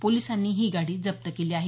पोलिसांनी ही गाडी जप्त केली आहे